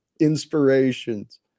inspirations